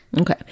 Okay